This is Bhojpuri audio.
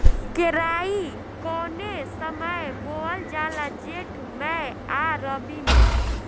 केराई कौने समय बोअल जाला जेठ मैं आ रबी में?